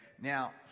Now